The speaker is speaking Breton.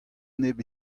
nep